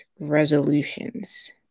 resolutions